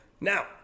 now